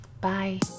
Bye